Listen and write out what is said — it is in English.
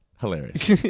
Hilarious